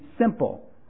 simple